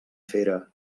fera